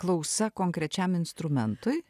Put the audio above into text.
klausa konkrečiam instrumentui